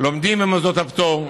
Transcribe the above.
שלומדים במוסדות הפטור.